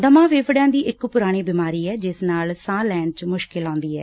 ਦਮਾ ਫੇਫੜਿਆਂ ਦੀ ਇਕ ਪੁਰਾਣੀ ਬਿਮਾਰੀ ਐ ਜਿਸ ਨਾਲ ਸ਼ਾਹ ਲੈਣ ਚ ਮੁਸ਼ਕਿਲ ਆਉਦੀ ਐ